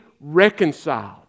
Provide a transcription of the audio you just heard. reconciled